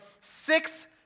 six